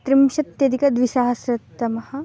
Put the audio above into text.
त्रिंशत्यधिकद्विसहस्रतमः